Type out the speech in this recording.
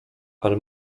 ale